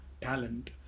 Talent